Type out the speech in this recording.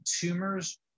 tumors